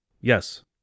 yes